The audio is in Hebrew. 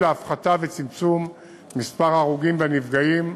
להפחתה וצמצום של מספר ההרוגים והנפגעים